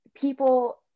people